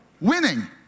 winning